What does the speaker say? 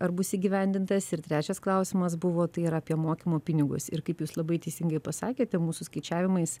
ar bus įgyvendintas ir trečias klausimas buvo tai yra apie mokymo pinigus ir kaip jūs labai teisingai pasakėte mūsų skaičiavimais